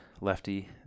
lefty